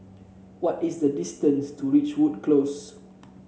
what is the distance to Ridgewood Close